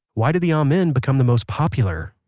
why did the amen become the most popular?